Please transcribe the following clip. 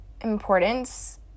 importance